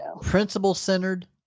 principle-centered